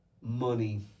money